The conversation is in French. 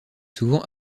souvent